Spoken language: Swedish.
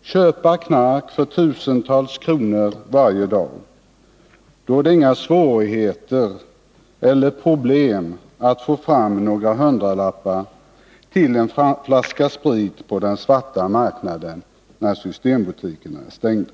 köpa knark för tusentals kronor varje dag, då är det inga svårigheter eller problem att få fram några hundralappar till en flaska sprit på den svarta marknaden när systembutikerna är stängda.